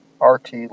RT